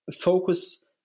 Focus